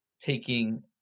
taking